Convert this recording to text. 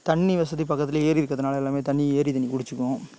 தண்ணி வசதி பக்கத்துலயே ஏரி இருக்கிறதுனால எல்லாமே தண்ணி ஏரி தண்ணி குடிச்சிக்கும்